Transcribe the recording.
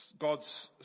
God's